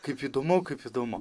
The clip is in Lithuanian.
kaip įdomu kaip įdomu